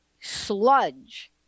sludge